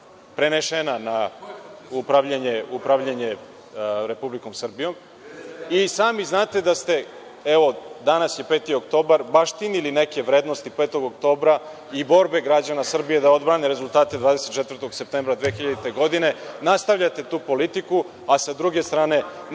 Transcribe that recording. prenešena na upravljanje Republici Srbiji. Sami znate da ste, danas je 5. oktobar, baštinili neke vrednosti 5. oktobra i borbe građana Srbije da odbrane rezultate 24. septembra 2000. godine. Nastavljate tu politiku, a sa druge strane